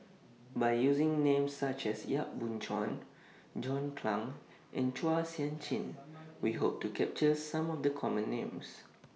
By using Names such as Yap Boon Chuan John Clang and Chua Sian Chin We Hope to capture Some of The Common Names